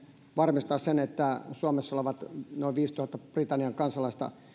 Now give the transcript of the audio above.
varmistaa sen että suomessa olevat noin viidentuhannen britannian kansalaista